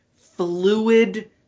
fluid